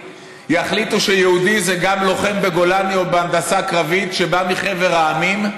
יחליטו שיהודי זה גם לוחם בגולני או בהנדסה קרבית שבא מחבר המדינות,